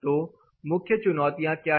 तो मुख्य चुनौतियां क्या है